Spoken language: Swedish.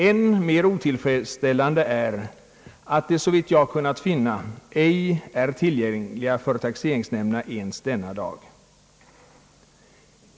än mer otillfredsställande är att de såvitt jag kunnat finna ej är tillgängliga för taxeringsnämnderna ens denna dag.